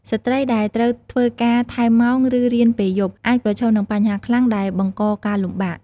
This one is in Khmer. ស្ត្រីដែលត្រូវធ្វើការថែមម៉ោងឬរៀនពេលយប់អាចប្រឈមនឹងបញ្ហាខ្លាំងដែលបង្កការលំបាក។